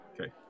Okay